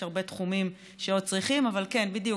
ויש הרבה תחומים שעוד צריכים, אבל כן, בדיוק,